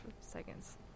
seconds